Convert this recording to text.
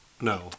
No